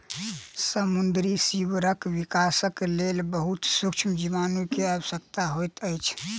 समुद्री सीवरक विकासक लेल बहुत सुक्ष्म जीवाणु के आवश्यकता होइत अछि